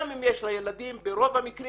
גם אם יש לה ילדים ברוב המקרים,